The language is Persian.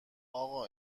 اقا